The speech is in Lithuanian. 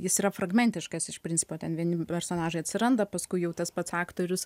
jis yra fragmentiškas iš principo ten vieni personažai atsiranda paskui jau tas pats aktorius